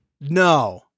No